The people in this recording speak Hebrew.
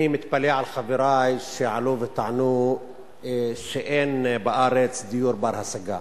אני מתפלא על חברי שעלו וטענו שאין בארץ דיור בר-השגה.